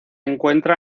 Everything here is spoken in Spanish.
encuentra